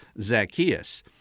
Zacchaeus